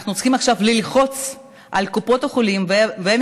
אנחנו צריכים עכשיו ללחוץ על קופות החולים ועל